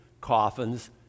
coffins